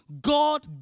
God